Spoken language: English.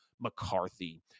McCarthy